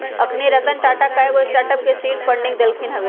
अखनी रतन टाटा कयगो स्टार्टअप के सीड फंडिंग देलखिन्ह हबे